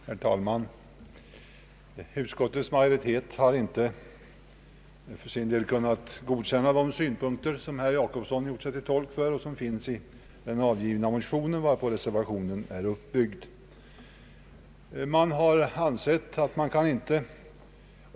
Herr talman! Utskottets majoritet har inte kunnat godkänna de synpunkter som herr Jacobsson nyss anförde och som finns i den motion varpå reservationen är uppbyggd.